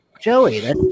Joey